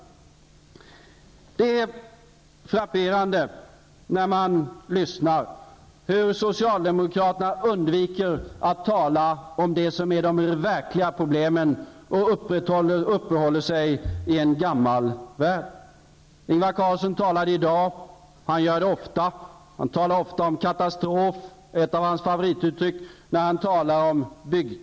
Det är frapperande hur socialdemokraterna undviker att tala om de verkliga problemen och uppehåller sig i en gammal värld. Ingvar Carlsson talade i dag om katastrof och om byggkrisen. Det gör han ofta, och det är ett par av hans favorituttryck.